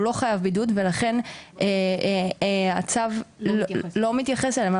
הוא לא חייב בידוד ולכן הצו לא מתייחס אליהם.